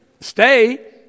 stay